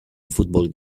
football